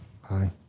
Hi